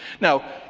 Now